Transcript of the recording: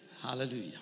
Hallelujah